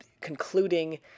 concluding